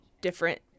different